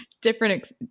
different